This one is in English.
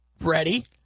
ready